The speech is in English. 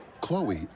Chloe